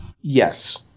Yes